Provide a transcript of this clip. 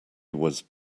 was